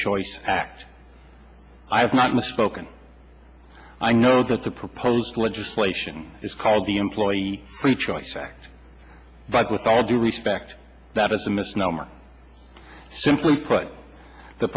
choice act i have not in the spoken i know that the proposed legislation is called the employee free choice act five with all due respect that is a misnomer simply put the